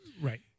Right